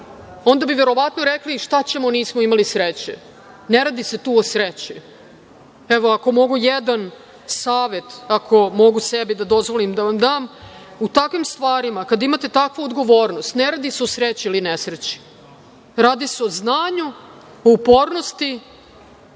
onda bi verovatno rekli - šta ćemo, nismo imali sreće. Ne radi se tu o sreći, nego ako mogu sebi da dozvolim da vam dam jedan savet, u takvim stvarima, kada imate takvu odgovornost, ne radi se o sreći ili nesreći, radi se o znanju, o upornosti,